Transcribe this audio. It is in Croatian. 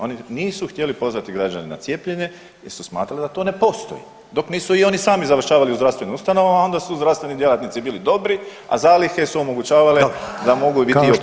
Oni nisu htjeli pozvati građane na cijepljenje jer su smatrali da to ne postoji, dok nisu i oni sami završavali u zdravstvenim ustanovama, a onda su zdravstveni djelatnici bili dobri, a zalihe su omogućavale da mogu biti i